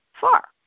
far